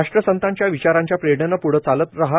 राष्ट्रसंतांच्या विचारांच्या प्रेरणेने पृढे चालत रहा